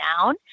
down